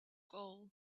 goal